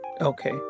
okay